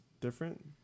different